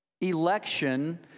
Election